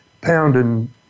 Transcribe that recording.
pounding